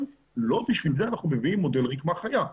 לא בשביל זה אנחנו מביאים מודל רקמה חיה.